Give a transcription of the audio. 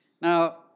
Now